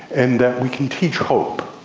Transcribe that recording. and that we can teach hope.